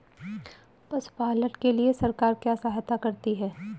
पशु पालन के लिए सरकार क्या सहायता करती है?